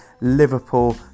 Liverpool